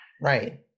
Right